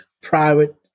private